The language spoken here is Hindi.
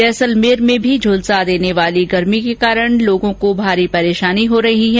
जैसलमेर में भी झलसा देने वाली गर्मी के कारण शहर के लोगों को भारी परेशानी हो रही है